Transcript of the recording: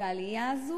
והעלייה הזאת,